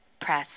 press